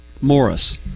Morris